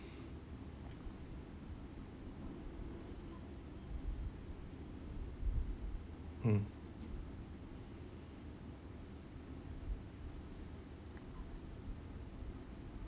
mm